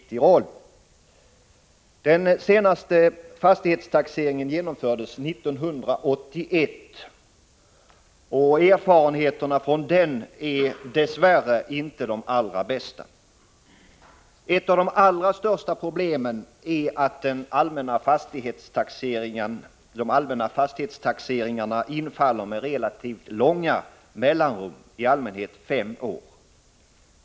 Den senaste fastighetstaxeringen genomfördes 1981. Erfarenheterna från denna är dess värre inte de allra bästa. Ett av de största problemen är att de allmänna fastighetstaxeringarna infaller med relativt långa mellanrum, i allmänhet vart femte år.